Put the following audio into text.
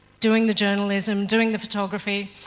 doing the journalism, doing the photography,